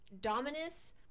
Dominus